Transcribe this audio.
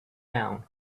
down